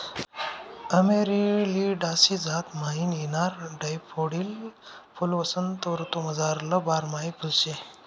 Amaryllidaceae जात म्हाईन येणारं डैफोडील फुल्वसंत ऋतूमझारलं बारमाही फुल शे